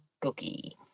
cookie